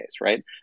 right